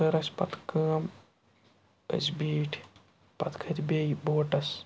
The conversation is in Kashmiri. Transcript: کٔر اَسہِ پَتہٕ کٲم أسۍ بیٖٹھۍ پَتہٕ کھٔتۍ بیٚیہِ بوٹَس